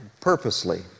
purposely